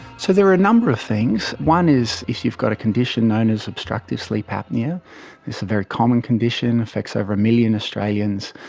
so there are number of things. one is if you've got a condition known as obstructive sleep apnoea, it's a very common condition, it affects over a million australians,